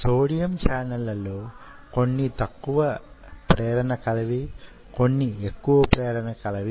sodium ఛానెళ్ళలో కొన్ని తక్కువ ప్రేరణ కలవి కొన్ని ఎక్కువ ప్రేరణ కలవి